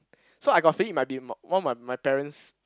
so I got feeling it might be one of my my parents